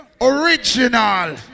original